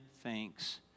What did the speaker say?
thanks